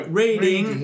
rating